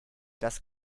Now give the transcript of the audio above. das